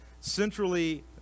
centrally